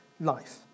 life